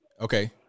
Okay